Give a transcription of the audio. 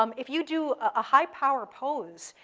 um if you do a high-power pose,